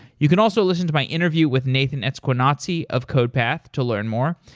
you can also listen to my interview with nathan esquenazi of codepath to learn more,